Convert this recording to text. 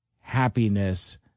happiness